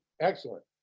excellent